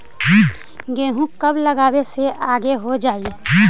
गेहूं कब लगावे से आगे हो जाई?